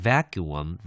Vacuum